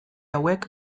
hauek